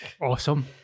Awesome